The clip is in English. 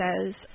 says